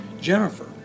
Jennifer